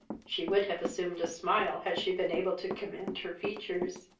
she would have assumed a smile had she been able to command her features.